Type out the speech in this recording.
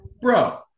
bro